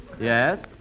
Yes